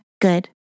good